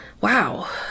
wow